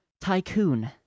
tycoon